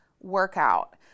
workout